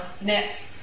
net